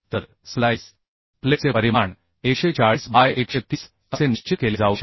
तर स्प्लाईस प्लेटचे परिमाण 140 बाय 130 असे निश्चित केले जाऊ शकते